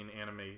anime